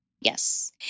yes